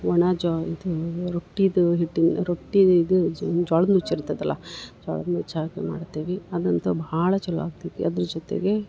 ಒಣ ಜೋ ಇದು ರೊಟ್ಟಿದು ಹಿಟ್ಟಿನ ರೊಟ್ಟಿದು ಇದು ಜ್ವಾಳದ ನುಚ್ಚ್ ಇರ್ತೈತಲ್ಲಾ ಜ್ವಾಳದ ನುಚ್ಚ್ ಹಾಕಿ ಮಾಡ್ತೀವಿ ಅದಂತು ಭಾಳ ಚಲೋ ಆಗ್ತೈತಿ ಅದ್ರ ಜೊತೆಗೆ